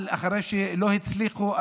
אחרי שלא הצליחו,